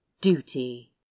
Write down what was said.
Duty